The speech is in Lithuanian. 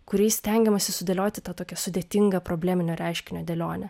kuriais stengiamasi sudėlioti tą tokią sudėtingą probleminio reiškinio dėlionę